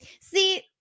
see